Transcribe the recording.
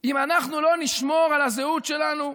אם אנחנו לא נשמור על הזהות שלנו,